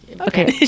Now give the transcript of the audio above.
Okay